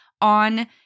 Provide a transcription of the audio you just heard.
on